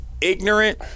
ignorant